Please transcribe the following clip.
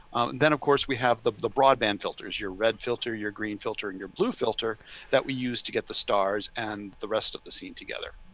then, of course, we have the the broadband filters, your red filter, your green filter and your blue filter that we use to get the stars and the rest of the scene together.